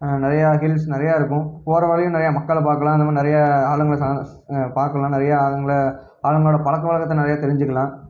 நிறையா ஹில்ஸ் நிறையா இருக்கும் போகிற வழில நிறையா மக்களை பார்க்கலாம் அந்தமாதிரி நிறையா ஆளுங்களை சா பார்க்குலாம் நிறையா ஆளுங்களை அவங்களோட பழக்க வழக்கத்த நிறையா தெரிஞ்சுக்கலாம்